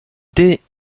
démissionne